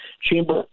Chamber